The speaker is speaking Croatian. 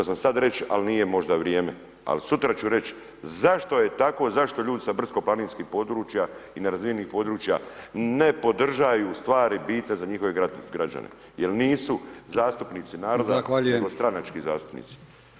Mislio sam sad reći ali nije možda vrijeme ali sutra ću reći, zašto je tako, zašto ljudi sa brdsko planinskih područja i ne razvijenih područja ne podržavaju stvari bitne za njihove građane jer nisu zastupnici naroda nego stranački zastupnici.